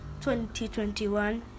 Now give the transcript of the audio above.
2021